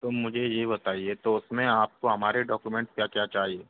तो मुझे ये बताइए तो उसमें आपको हमारे डॉक्यूमेंट क्या क्या चाहिए